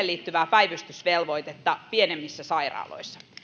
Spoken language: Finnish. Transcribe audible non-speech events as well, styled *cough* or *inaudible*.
*unintelligible* liittyvää päivystysvelvoitetta pienemmissä sairaaloissa